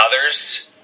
others